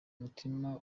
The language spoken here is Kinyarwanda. mutima